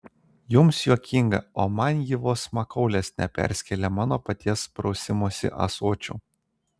jums juokinga o man ji vos makaulės neperskėlė mano paties prausimosi ąsočiu